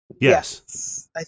Yes